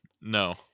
no